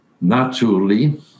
Naturally